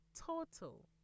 total